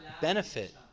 benefit